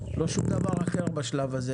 לא שום דבר אחר בשלב הזה.